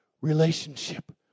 relationship